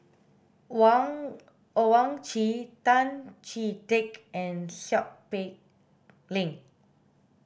Wang Owyang Chi Tan Chee Teck and Seow Peck Leng